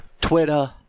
Twitter